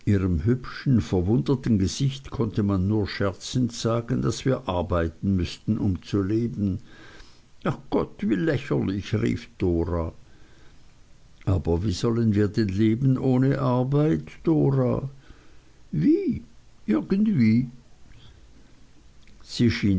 ihrem hübschen verwunderten gesichtchen konnte man nur scherzend sagen daß wir arbeiten müßten um zu leben ach gott wie lächerlich rief dora aber wie sollen wir denn leben ohne arbeit dora wie irgendwie sie schien